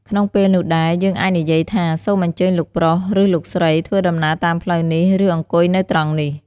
ក្នុងពេលនោះដែរ យើងអាចនិយាយថា "សូមអញ្ជើញលោកប្រុស ឬលោកស្រី ធ្វើដំណើរតាមផ្លូវនេះ ឬអង្គុយនៅត្រង់នេះ"។